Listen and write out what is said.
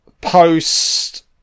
Post